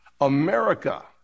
America